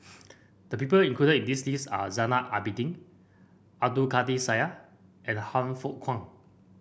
the people included in the list are Zainal Abidin Abdul Kadir Syed and Han Fook Kwang